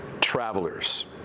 travelers